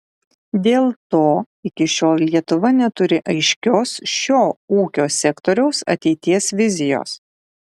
dėl to iki šiol lietuva neturi aiškios šio ūkio sektoriaus ateities vizijos